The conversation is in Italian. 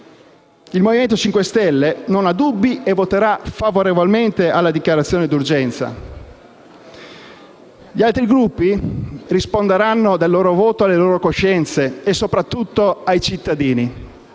Il Movimento 5 Stelle non ha dubbi e voterà favorevolmente alla dichiarazione di urgenza. Gli altri Gruppi risponderanno del loro voto alle loro coscienze e sopratutto ai cittadini.